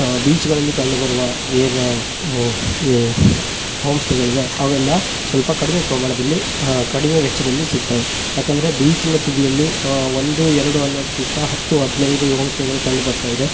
ಬೀಚ್ಗಳಲ್ಲಿ ಕಂಡುಬರುವ ಏನು ಏ ಹೋಮ್ ಸ್ಟೇಗಳಿವೆ ಅವೆಲ್ಲ ಸ್ವಲ್ಪ ಕಡಿಮೆ ಪ್ರಮಾಣದಲ್ಲಿ ಕಡಿಮೆ ವೆಚ್ಚದಲ್ಲಿ ಸಿಗ್ತವೆ ಯಾಕಂದರೆ ಬೀಚ್ನ ತುದಿಯಲ್ಲಿ ಒಂದು ಎರಡು ಅನ್ನೋದ್ಕಿಂತ ಹತ್ತು ಹದಿನೈದು ಹೋಮ್ ಸ್ಟೇಗಳು ಕಂಡು ಬರ್ತಾಯಿದೆ